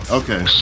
okay